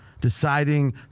deciding